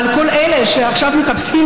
אבל כל אלה שעכשיו מחפשים,